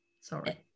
Sorry